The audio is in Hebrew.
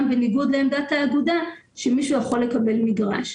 בניגוד לעמדת האגודה - שמישהו יכול לקבל מגרש.